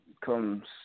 comes